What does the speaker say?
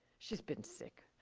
she's been sick.